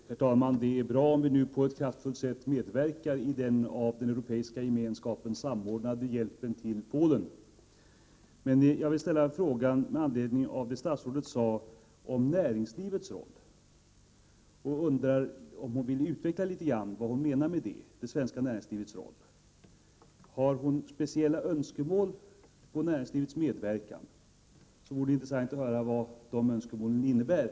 Herr talman! Det är bra om vi nu på ett kraftfullt sätt medverkar i den av den Europeiska gemenskapen samordnade hjälpen till Polen. Jag vill ställa en fråga med anledning av det statsrådet sade om näringslivets roll. Vill hon utveckla vad hon menar med det svenska näringslivets roll? Har statsrådet några speciella önskemål när det gäller näringslivets medverkan? Det vore intressant att få höra vad de önskemålen innebär.